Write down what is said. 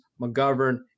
McGovern